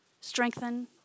strengthen